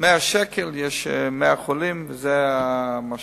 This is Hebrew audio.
100 שקל, יש 100 חולים, וזה המשווה.